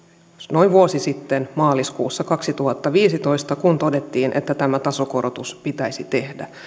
noin vuosi sitten maaliskuussa kaksituhattaviisitoista kun todettiin että tämä tasokorotus pitäisi tehdä